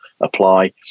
apply